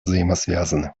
взаимосвязаны